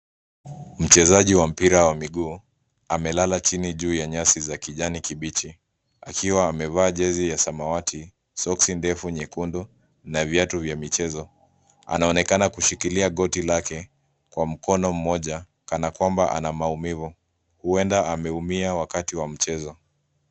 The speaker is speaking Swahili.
Mchezaji wa mpira wa miguu amelala chini juu ya nyasi za kijani kibichi akiwa amevaa jezi ya samawati, soksi ndefu nyekundu na viatu vya michezo. Anaonekana kushikilia goti lake kwa mkono mmoja kana kwamba anamaumivu. Huenda ameumia wakati wa mchezo.